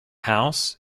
house